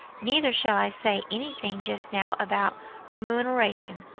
neither shall i say any thing just now about remuneration,